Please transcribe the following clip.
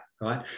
right